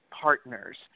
partners